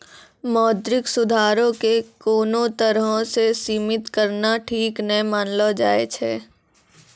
मौद्रिक सुधारो के कोनो तरहो से सीमित करनाय ठीक नै मानलो जाय छै